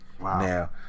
wow